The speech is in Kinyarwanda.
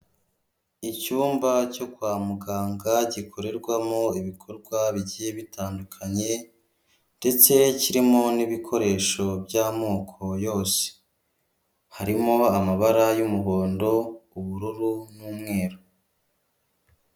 Icyumba cyo kwa muganga gikorerwamo ibikorwa bigiye bitandukanye, ndetse kirimo n'ibikoresho by'amoko yose, harimo amabara y'umuhondo, ubururu n'umweru.